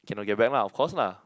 cannot get back lah of course lah